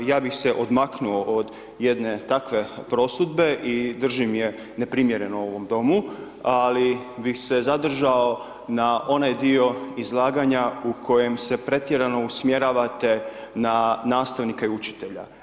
Ja bih se odmaknuo od jedne takve prosudbe i držim je neprimjereno ovom domu, ali bih se zadržao na onaj dio izlaganja u kojem se pretjerano usmjeravate na nastavnike i učitelja.